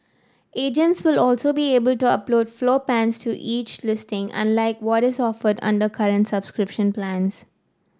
agents will also be able to upload floor plans to each listing unlike what is offered under current subscription plans